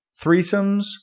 threesomes